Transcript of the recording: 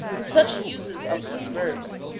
in such uses of these verbs,